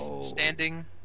standing